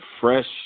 fresh